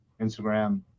Instagram